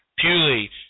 Purely